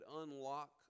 unlock